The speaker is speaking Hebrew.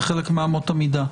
זה חלק מאמות המידה.